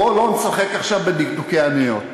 בוא לא נשחק עכשיו בדקדוקי עניות.